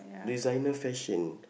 designer fashion